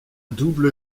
double